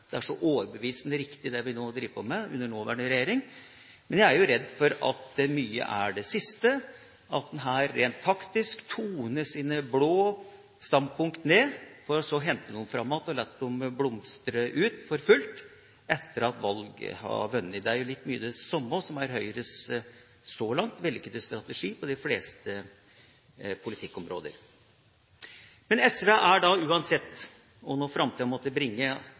driver på med under nåværende regjering, men jeg er jo redd for at det heller er det siste, at en her rent taktisk toner ned sine blå standpunkter for å hente dem fram igjen og la dem blomstre ut for fullt etter at valget er vunnet. Det er jo mye det samme som er Høyres så langt vellykkede strategi på de fleste politikkområder. Men SV er uansett, hva nå framtida måtte bringe som resultat av